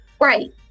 Right